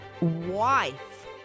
wife